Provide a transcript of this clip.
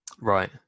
Right